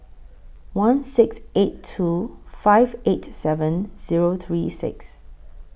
one six eight two five eight seven Zero three six